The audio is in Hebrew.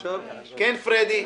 בבקשה, פרדי.